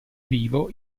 vivo